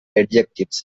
adjectives